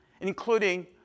including